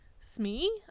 Smee